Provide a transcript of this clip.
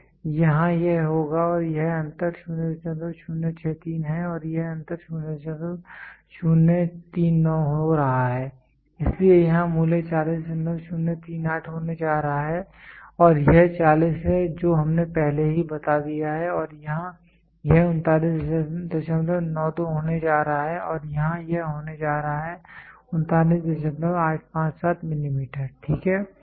यहाँ यह होगा और यह अंतर 0063 है और यह अंतर 0039 हो रहा है इसलिए यहाँ मूल्य 40038 होने जा रहा है और यह 40 है जो हमने पहले ही बता दिया है और यहाँ यह 3992 होने जा रहा है और यहाँ यह होने जा रहा है 39857 मिलीमीटर ठीक है